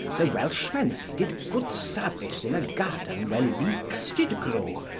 the welchmen did good seruice in a garden where leekes did grow,